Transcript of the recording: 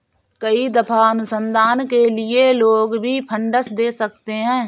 कई दफा अनुसंधान के लिए लोग भी फंडस दे सकते हैं